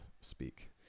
speak